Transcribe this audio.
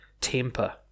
Temper